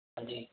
हाँ जी